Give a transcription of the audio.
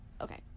Okay